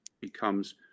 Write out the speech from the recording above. becomes